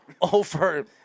over